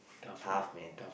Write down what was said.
tough men